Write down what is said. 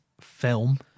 film